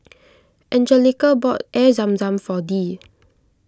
Anjelica bought Air Zam Zam for Dee